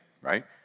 right